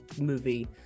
movie